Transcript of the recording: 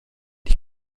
die